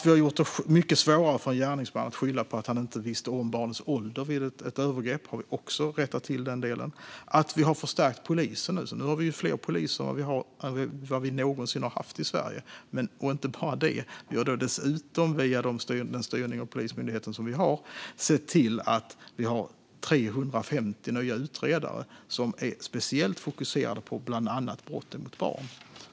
Vi har gjort det mycket svårare för en gärningsman att skylla på att han inte visste om barnets ålder vid ett övergrepp. Den delen har vi också rättat till. Vi har förstärkt polisen, så nu har vi fler poliser än vi någonsin har haft i Sverige. Och inte bara det - vi har dessutom, via den styrning av Polismyndigheten som vi har, sett till att vi har 350 nya utredare som är speciellt fokuserade på bland annat brott mot barn.